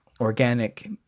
organic